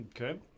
Okay